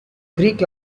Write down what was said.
greek